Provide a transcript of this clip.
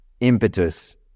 impetus